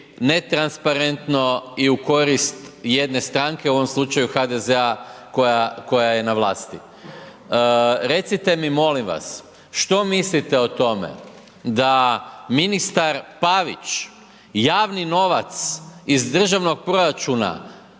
netransparentno i u korist jedne stranke, u ovom slučaju HDZ-a koja je na vlasti. Recite mi molim vas, što mislite o tome da ministar Pavić javni novac iz državnog proračuna